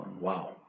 Wow